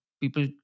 people